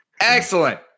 Excellent